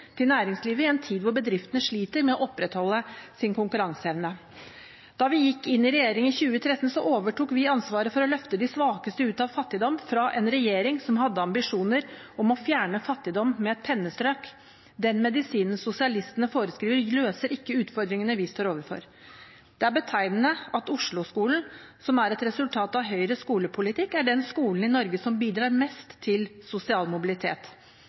til næringslivet i en tid hvor bedriftene sliter med å opprettholde sin konkurranseevne. Da vi gikk inn i regjering i 2013, overtok vi ansvaret for å løfte de svakeste ut av fattigdom fra en regjering som hadde ambisjoner om å fjerne fattigdom med et pennestrøk. Den medisinen sosialistene foreskriver, løser ikke utfordringene vi står overfor. Det er betegnende at Oslo-skolen, som er et resultat av Høyres skolepolitikk, er den skolen i Norge som bidrar mest til sosial mobilitet.